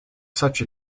such